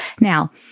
Now